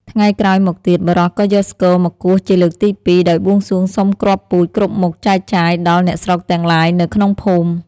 ថ្ងៃក្រោយមកទៀត បុរសក៏យកស្គរមកគោះជាលើក ទីពីរ ដោយបួងសួងសុំគ្រាប់ពូជគ្រប់មុខចែកចាយដល់ អ្នកស្រុកទាំងឡាយនៅក្នុងភូមិ ។